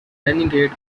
renegade